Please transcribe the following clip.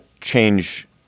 change